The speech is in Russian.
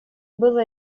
было